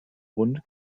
grunde